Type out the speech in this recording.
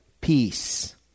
peace